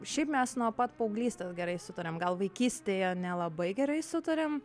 šiaip mes nuo pat paauglystės gerai sutariam gal vaikystėje nelabai gerai sutarėm